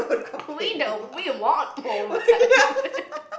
we don't we want more